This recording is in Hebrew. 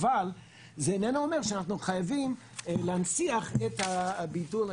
אבל זה איננו אומר שאנחנו חייבים להנציח את הבידול.